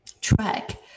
track